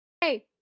Hey